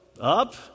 Up